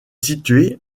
situé